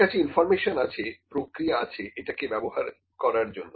আমার কাছে ইনফর্মেশন আছে প্রক্রিয়া আছে এটাকে ব্যবহার করার জন্য